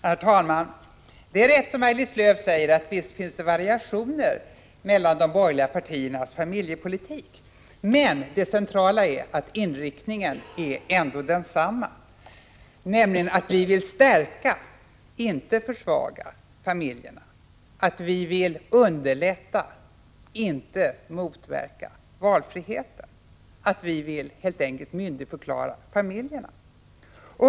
Herr talman! Det är riktigt, som Maj-Lis Lööw säger, att det finns variationer i de borgerliga partiernas familjepolitik. Det centrala är emellertid att inriktningen ändå är densamma, nämligen att vi vill stärka, inte försvaga, familjerna och att vi vill underlätta, inte motverka, valfriheten. Vi vill helt enkelt myndigförklara familjerna.